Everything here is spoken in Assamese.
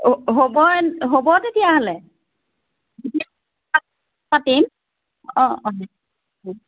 হ'ব হ'ব তেতিয়াহ'লে